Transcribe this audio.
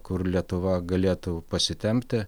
kur lietuva galėtų pasitempti